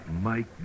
Mike